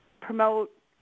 promote